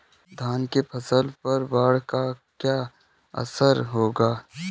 धान की फसल पर बाढ़ का क्या असर होगा?